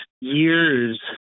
years